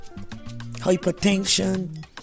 hypertension